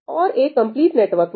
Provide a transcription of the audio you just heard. और एक complete network में